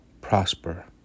prosper